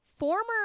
Former